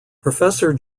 professor